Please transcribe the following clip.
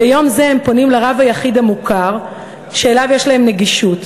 ביום זה הם פונים לרב היחיד המוכר שאליו יש להם נגישות,